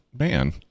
Man